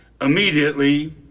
immediately